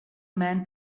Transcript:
man